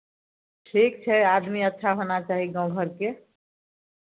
ठीक छै आदमी अच्छा होना चाही गाँव घरके